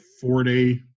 four-day